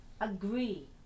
Agree